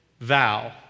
vow